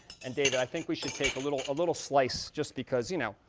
and david, i think we should take a little little slice, just because, you know,